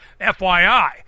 FYI